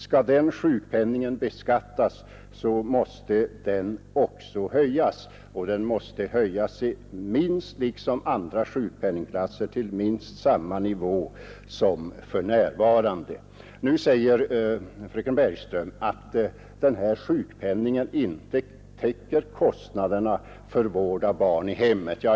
Och om sjukpenningen skall beskattas måste den också höjas till sådan nivå att sjukpenningförmånerna efter skatt ger minst samma kompensationsgrad som för närvarande. Nu säger fröken Bergström att denna sjukpenning inte täcker kostnaderna för vård av barn i hemmet.